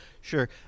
sure